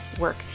work